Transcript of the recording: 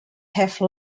have